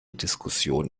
diskussion